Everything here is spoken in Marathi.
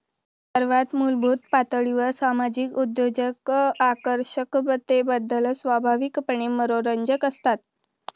सर्वात मूलभूत पातळीवर सामाजिक उद्योजक आकर्षकतेबद्दल स्वाभाविकपणे मनोरंजक असतात